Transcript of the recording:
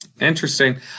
Interesting